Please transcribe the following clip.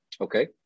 Okay